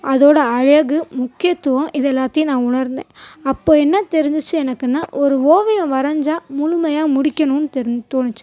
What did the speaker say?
அதோடய அழகு முக்கியத்துவம் இது எல்லாத்தையும் நான் உணர்ந்தேன் அப்போது என்ன தெரிஞ்சிச்சு எனக்குன்னா ஒரு ஓவியம் வரைஞ்சால் முழுமையாக முடிக்கணும்னு தோணுச்சு